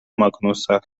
magnusa